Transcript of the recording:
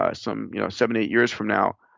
ah some you know seven, eight years from now,